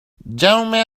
gentlemen